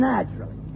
Naturally